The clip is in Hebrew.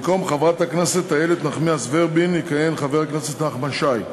במקום חברת הכנסת איילת נחמיאס ורבין יכהן חבר הכנסת נחמן שי,